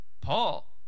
Paul